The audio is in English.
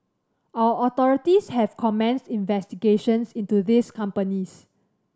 our authorities have commenced investigations into these companies